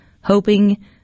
hoping